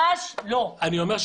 וזה משמש בשתי משמעויות